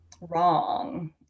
wrong